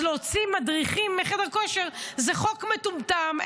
אז להוציא מדריכים מחדר כושר זה חוק מטומטם,